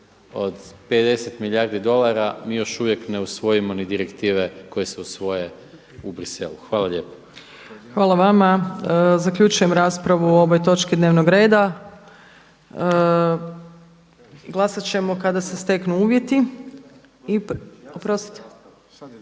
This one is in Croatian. od 50 milijardi dolara, mi još uvijek ne usvojimo ni direktive koje se usvoje u Bruxellesu. Hvala lijepo. **Opačić, Milanka (SDP)** Hvala vama. Zaključujem raspravu o ovoj točki dnevnog reda. Glasat ćemo kada se steknu uvjeti. Oprostite,